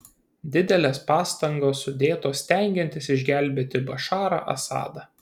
didelės pastangos sudėtos stengiantis išgelbėti bašarą asadą